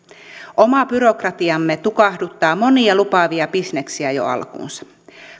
oma byrokratiamme tukahduttaa monia lupaavia bisneksiä jo alkuunsa